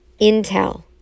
Intel